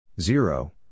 zero